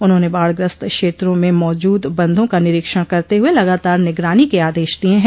उन्होंने बाढ़ग्रस्त क्षेत्रों में मौजूद बंधों का निरीक्षण करते हुए लगातार निगरानी के आदेश दिये हैं